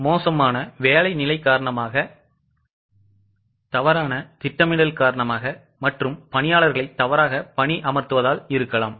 மேலும் மோசமான வேலை நிலை காரணமாக தவறான திட்டமிடல் காரணமாக மற்றும் பணியாளர்களை தவறாக பணி அமர்த்துவதால் இருக்கலாம்